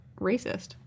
racist